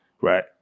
right